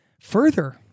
further